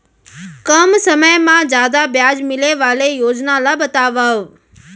कम समय मा जादा ब्याज मिले वाले योजना ला बतावव